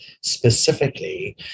specifically